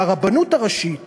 והרבנות הראשית